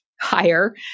higher